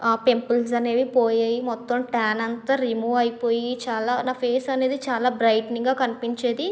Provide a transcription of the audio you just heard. pimples అనేవి పోయాయి మొత్తం ట్యాన్ అంతా రిమూవ్ అయిపోయి చాలా నా పేస్ అనేది చాలా బ్రైట్నింగా కనిపించేది